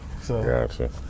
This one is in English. gotcha